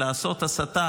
ולעשות הסטה